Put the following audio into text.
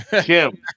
Kim